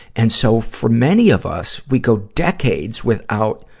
and so, for many of us, we go decades without,